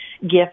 gift